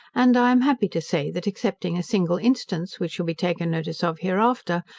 and i am happy to say, that excepting a single instance which shall be taken notice of hereafter,